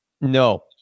No